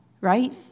right